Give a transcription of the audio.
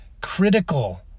critical